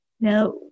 Now